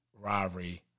rivalry